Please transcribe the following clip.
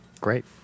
great